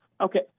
Okay